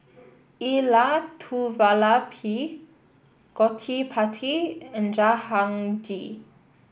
Elattuvalapil Gottipati and Jahangir